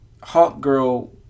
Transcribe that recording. Hawkgirl